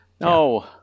no